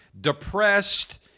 depressed